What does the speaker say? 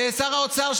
שר האוצר,